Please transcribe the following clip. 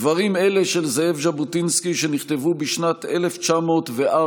דברים אלה של זאב ז'בוטינסקי, שנכתבו בשנת 1904,